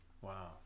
Wow